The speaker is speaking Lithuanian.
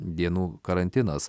dienų karantinas